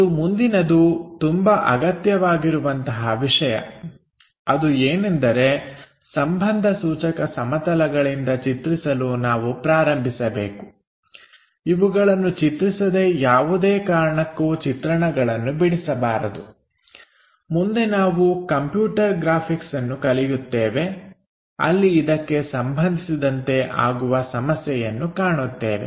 ಮತ್ತು ಮುಂದಿನದು ತುಂಬಾ ಅಗತ್ಯವಾಗಿರುವಂತಹ ವಿಷಯ ಅದು ಏನೆಂದರೆ ಸಂಬಂಧ ಸೂಚಕ ಸಮತಲಗಳಿಂದ ಚಿತ್ರಿಸಲು ನಾವು ಪ್ರಾರಂಭಿಸಬೇಕು ಇವುಗಳನ್ನು ಚಿತ್ರಿಸದೇ ಯಾವುದೇ ಕಾರಣಕ್ಕೂ ಚಿತ್ರಣಗಳನ್ನು ಬಿಡಿಸಬಾರದು ಮುಂದೆ ನಾವು ಕಂಪ್ಯೂಟರ್ ಗ್ರಾಫಿಕ್ಸ್ ಅನ್ನು ಕಲಿಯುತ್ತೇವೆ ಅಲ್ಲಿ ಇದಕ್ಕೆ ಸಂಬಂಧಿಸಿದಂತೆ ಆಗುವ ಸಮಸ್ಯೆಯನ್ನು ಕಾಣುತ್ತೇವೆ